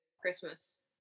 Christmas